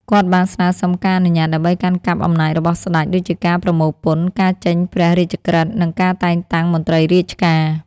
គាត់បានស្នើសុំការអនុញ្ញាតដើម្បីកាន់កាប់អំណាចរបស់ស្តេច ដូចជាការប្រមូលពន្ធ ការចេញព្រះរាជក្រឹត្យ និងការតែងតាំងមន្ត្រីរាជការ។